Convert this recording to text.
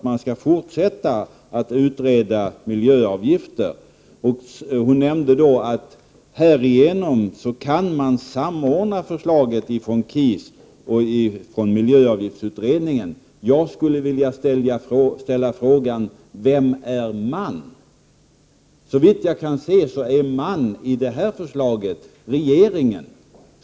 Man skall fortsätta att utreda frågan om miljöavgifter, och hon nämnde att man kan samordna förslagen från KIS och miljöavgiftsutredningen. Jag skulle vilja fråga: Vem är ”man”? Såvitt jag kan se är ”man” i detta sammanhang regeringen.